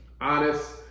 honest